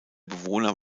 bewohner